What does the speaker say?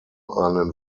einen